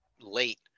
late